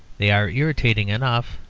they are irritating enough,